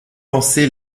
lancé